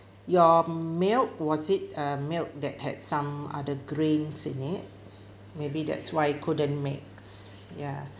your milk was it a milk that had some other grains in it maybe that's why couldn't mix ya